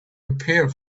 appear